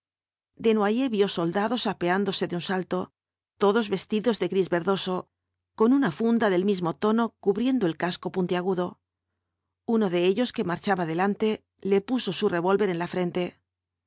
de frenos desnoyers vio soldados apeándose de un salto todos vestidos de gris verdoso con una funda del mismo tono cubriendo el casco puntiagudo uno de ellos que marchaba delante le puso su revólver en la frente